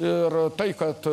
ir tai kad